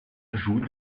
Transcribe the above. joue